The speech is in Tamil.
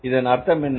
இதன் அர்த்தம் என்ன